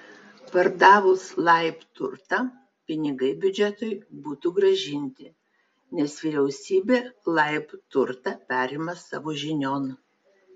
pardavus laib turtą pinigai biudžetui būtų grąžinti nes vyriausybė laib turtą perima savo žinion